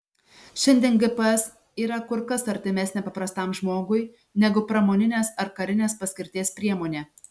šiandien gps yra kur kas artimesnė paprastam žmogui negu pramoninės ar karinės paskirties priemonė